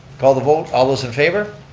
call the vote, all those in favor?